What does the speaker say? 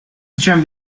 drum